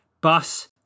bus